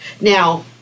Now